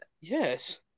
Yes